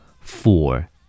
four